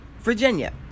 Virginia